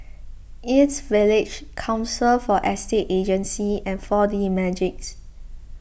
East Village Council for Estate Agencies and four D Magix